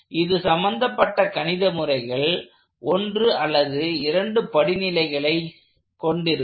இது சம்பந்தப்பட்ட கணித முறைகள் ஒன்று அல்லது இரண்டு படிநிலைகளை கொண்டிருக்கும்